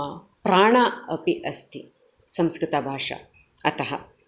प्राणः अपि अस्ति संस्कृतभाषा अतः